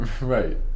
Right